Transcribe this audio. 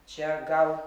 čia gal